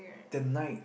the night